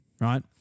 right